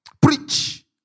Preach